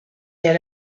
der